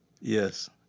Yes